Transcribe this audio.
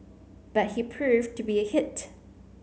but he proved to be a hit